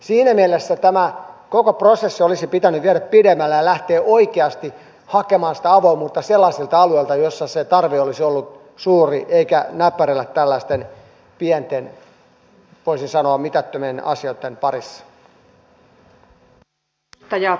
siinä mielessä tämä koko prosessi olisi pitänyt viedä pidemmälle ja lähteä oikeasti hakemaan sitä avoimuutta sellaisilta alueilta joissa se tarve olisi ollut suuri eikä näperrellä tällaisten pienten toisin sanoen mitättömien asioitten parissa